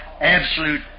absolute